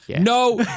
no